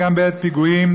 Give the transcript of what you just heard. וגם בעת פיגועים,